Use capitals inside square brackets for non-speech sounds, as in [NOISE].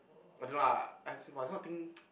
I don't know lah I see but this kind of thing [NOISE]